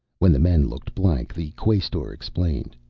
when the men looked blank, the quaestor explained,